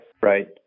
Right